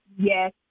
yes